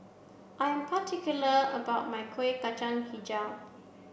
I am particular about my Kueh Kacang Hijau